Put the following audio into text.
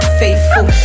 faithful